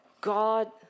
God